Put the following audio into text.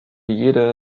jede